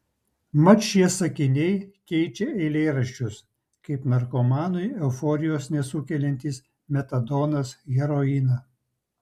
mat šie sakiniai keičia eilėraščius kaip narkomanui euforijos nesukeliantis metadonas heroiną